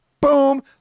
Boom